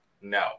No